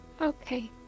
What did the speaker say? Okay